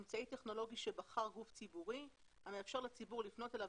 "אמצעי טכנולוגי שבחר גוף ציבורי המאפשר לציבור לפנות אליו